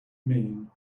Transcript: mean